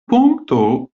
punkto